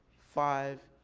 five,